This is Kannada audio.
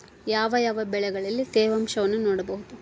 ಯಾವ ಯಾವ ಬೆಳೆಗಳಲ್ಲಿ ತೇವಾಂಶವನ್ನು ನೋಡಬಹುದು?